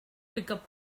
pickup